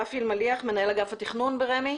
רפי אלמליח, מנהל אגף התכנון ברשות מקרקעי ישראל.